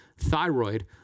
thyroid